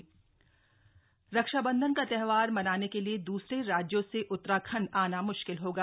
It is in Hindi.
देहरादून स रक्षाबंधन का त्योहार मनाने के लिए दूसरे राज्यों से उत्तराखंड आना मुश्किल होगा